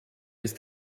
ist